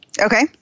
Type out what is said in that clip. okay